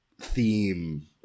theme